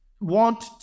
want